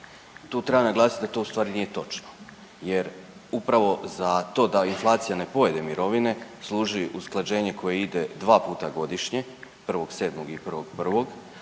Tu treba naglasit da to ustvari nije točno jer upravo za to da inflacija ne pojede mirovine služi usklađenje koje ide dva puta godišnje 1.7. i 1.1., a ovo